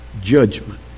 judgment